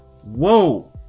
Whoa